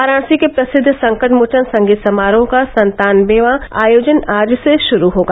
वाराणसी के प्रसिद्ध संकटमोचन संगीत समारोह का सत्तानवेवां आयोजन आज से शुरू होगा